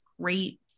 great